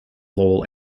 lowell